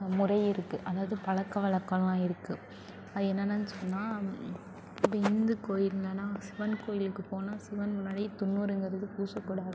முறை இருக்குது அதாவது பழக்க வழக்கம்லாம் இருக்குது அது என்னென்னன் சொன்னால் இப்போ இந்து கோயிலலாம் சிவன் கோயிலுக்குப் போனால் சிவன் முன்னாடி துன்னூருங்கிறது பூசக்கூடாது